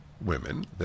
women